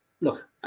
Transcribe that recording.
look